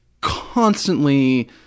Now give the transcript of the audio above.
constantly